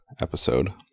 episode